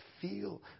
feel